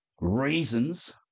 reasons